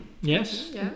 yes